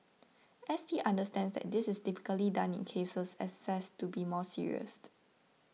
S T understands that this is typically done in cases assessed to be more serious